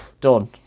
done